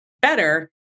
better